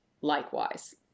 likewise